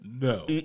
No